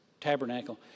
tabernacle